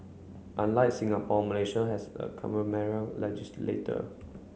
unlike Singapore Malaysia has a legislator